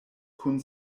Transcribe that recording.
kun